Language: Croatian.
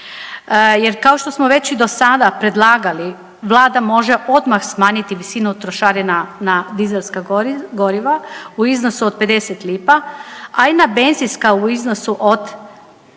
jer kao što smo već do sada i predlagali vlada može odmah smanjiti visinu trošarina na dizelska goriva u iznosu od 50 lipa, a i na benzinska u iznosu od